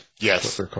Yes